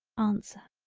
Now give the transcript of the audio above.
answer.